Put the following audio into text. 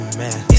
man